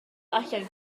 allan